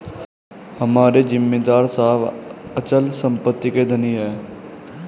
हमारे जमींदार साहब अचल संपत्ति के धनी हैं